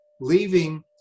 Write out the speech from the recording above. leaving